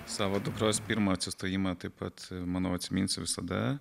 savo dukros pirmą atsistojimą taip pat manau atsiminsiu visada